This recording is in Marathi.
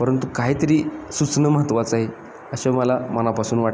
परंतु काहीतरी सुचणं महत्वाचं आहे असे मला मनापासून वाटतं